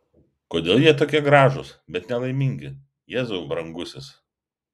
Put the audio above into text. kodėl jie tokie gražūs bet nelaimingi jėzau brangusis